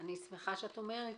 אני שמחה שאת אומרת,